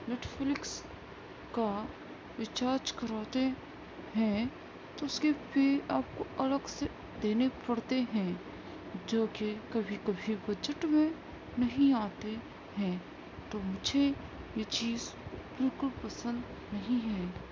net flicks کا recharge کراتے ہیں تو اس کے بھی آپ کو الگ سے دینے پڑتے ہیں جو کہ کبھی کبھی بجٹ میں نہیں آتے ہیں تو مجھے یہ چیز بالکل پسند نہیں ہے